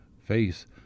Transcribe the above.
face